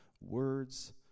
words